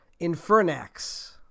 Infernax